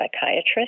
psychiatrist